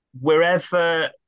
wherever